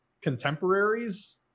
contemporaries